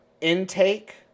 intake